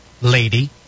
lady